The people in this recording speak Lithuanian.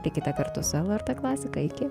likite kartu su lrt klasika iki